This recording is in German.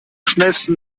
schnellsten